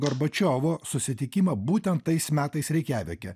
gorbačiovo susitikimą būtent tais metais reikjavike